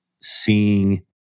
seeing